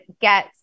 get